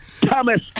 Thomas